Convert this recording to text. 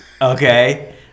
okay